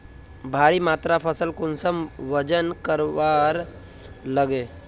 भारी मात्रा फसल कुंसम वजन करवार लगे?